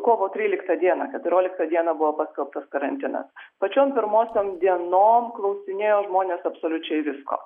kovo tryliktą dieną keturioliktą dieną buvo paskelbtas karantinas pačiom pirmosiom dienom klausinėjo žmonės absoliučiai visko